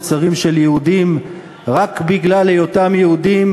מוצרים של יהודים רק בגלל היותם יהודים